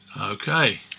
Okay